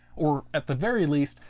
or at the very least,